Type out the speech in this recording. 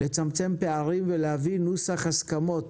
לצמצם פערים ולהביא נוסח הסכמות